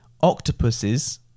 Octopuses